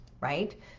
right